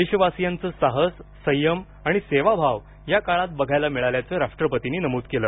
देशवासींयांचं साहस संयम आणि सेवाभाव या काळात बघायला मिळाल्याचं राष्ट्रपतींनी नमूद केलं